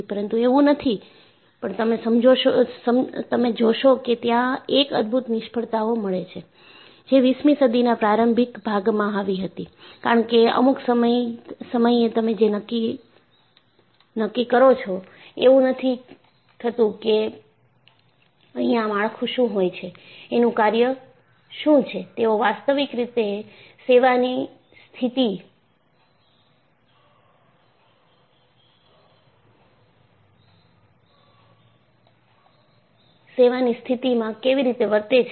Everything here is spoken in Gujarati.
પરંતુ એવું નથી પણ તમે જોશો કે ત્યાં એક અદભૂત નિષ્ફળતાઓ મળે છે જે વીસમી સદીના પ્રારંભિક ભાગમાં આવી હતી કારણ કે અમુક સમયે તમે જે નક્કી કરો છો એવું નથી થતું અહિયાં માળખું શું હોય છે એનું કાર્ય શું છે તેઓ વાસ્તવિક રીતે સેવાની સ્થિતિમાં કેવી રીતે વર્તે છે